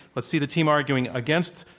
let's see the team arguing against.